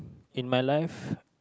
in my life